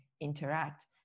interact